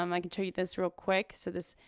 um i can show you this real quick, so this,